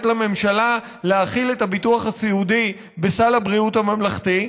לממשלה להכיל את הביטוח הסיעודי בסל הבריאות הממלכתי,